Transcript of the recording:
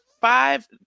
five